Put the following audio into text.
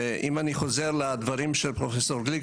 אם אני חוזר לדברים של פרופ' גליק,